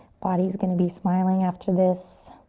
body's gonna be smiling after this.